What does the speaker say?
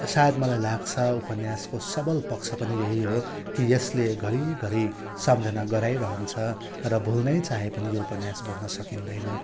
सायद मलाई लाग्छ उपन्यासको सबल पक्ष पनि यही हो कि यसले घरिघरि सम्झना गराइरहन्छ र भुल्नै चाहेँ पनि यो उपन्यास भुल्न सकिँदैन